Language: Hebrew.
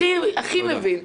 הכי מבין,